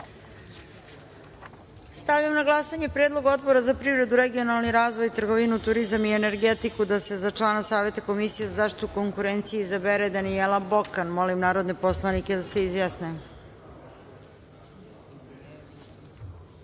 Stavljam na glasanje Predlog Odbora za privredu, regionalni razvoj, trgovinu, turizam i energetiku da se za člana Saveta Komisije za zaštitu konkurencije izabere Miroslava Đošić. Molim narodne poslanike da se